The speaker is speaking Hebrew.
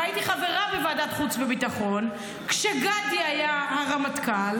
והייתי חברה בוועדת החוץ והביטחון כשגדי היה הרמטכ"ל,